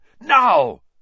Now